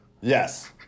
Yes